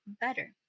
better